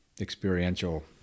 experiential